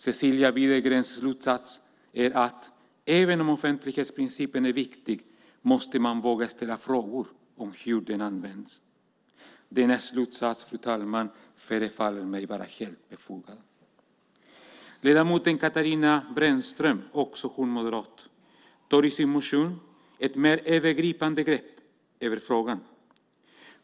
Cecilia Widegrens slutsats är att "även om offentlighetsprincipen är viktig måste man våga ställa frågor om hur den används". Denna slutsats, fru talman, förefaller mig vara helt befogad. Ledamoten Katarina Brännström, också hon moderat, tar i sin motion ett mer övergripande grepp om frågan.